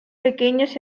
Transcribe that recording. pequeños